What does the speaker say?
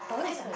okay lah